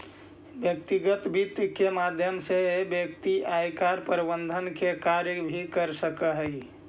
व्यक्तिगत वित्त के माध्यम से व्यक्ति आयकर प्रबंधन के कार्य भी करऽ हइ